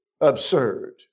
Absurd